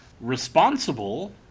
Responsible